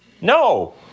No